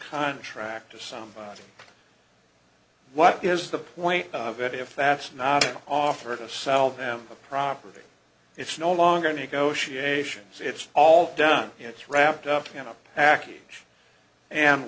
contract to somebody what is the point of it if that's not offered to sell the property it's no longer negotiations it's all done it's wrapped up again up a